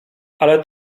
ale